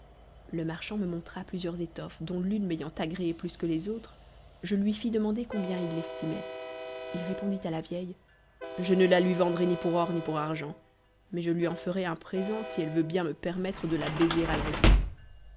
le marchand me montra plusieurs étoffes dont l'une m'ayant agréé plus que les autres je lui fis demander combien il l'estimait il répondit à la vieille je ne la lui vendrai ni pour or ni pour argent mais je lui en ferai un présent si elle veut bien me permettre de la baiser à la joue